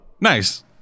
Nice